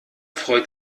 freut